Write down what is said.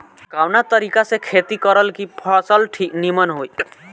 कवना तरीका से खेती करल की फसल नीमन होई?